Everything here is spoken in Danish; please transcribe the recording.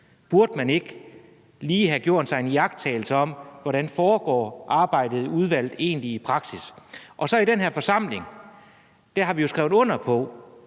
Burde man ikke lige have gjort sig en iagttagelse af, hvordan arbejdet i udvalget egentlig foregår i praksis? I den her forsamling har vi jo skrevet under på,